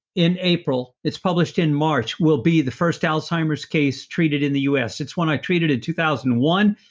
in april it's published in march will be the first alzheimer's case treated in the us. it's one i treated in two thousand and one.